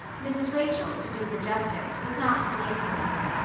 mrs. rachel, to do her justice, was not to blame for this.